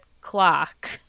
clock